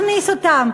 מכניסים אותן,